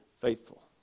faithful